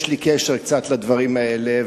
יש לי קצת קשר לדברים האלה,